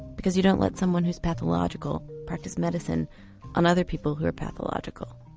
because you don't let someone who's pathological practice medicine on other people who are pathological.